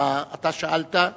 אתה שאלת,